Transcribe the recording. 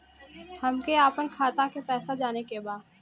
हमके आपन खाता के पैसा जाने के बा